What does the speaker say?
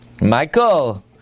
Michael